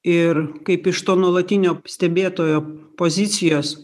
ir kaip iš to nuolatinio stebėtojo pozicijos